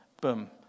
boom